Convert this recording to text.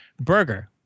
Burger